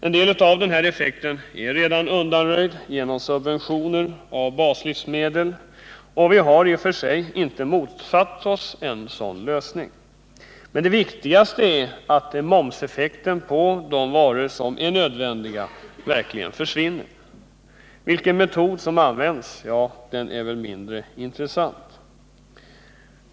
En del av denna effekt är redan undanröjd genom subventioner av baslivsmedel, och vi har i och för sig inte motsatt oss en sådan lösning. Det viktigaste är att momseffekten på de varor som är nödvändiga verkligen försvinner. Vilken metod som används är mindre intressant.